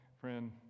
friend